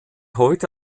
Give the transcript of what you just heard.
heute